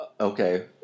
Okay